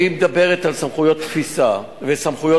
והיא מדברת על סמכויות תפיסה וסמכויות